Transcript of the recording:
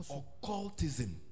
occultism